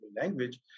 language